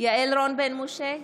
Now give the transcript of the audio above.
יעל רון בן משה,